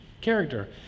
Character